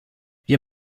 wir